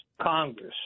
Congress